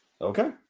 Okay